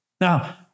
Now